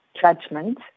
judgment